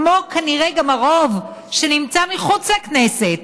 כמו כנראה גם הרוב שנמצא מחוץ לכנסת,